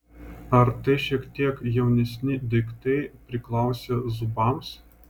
ar tai šiek tiek jaunesni daiktai priklausę zubams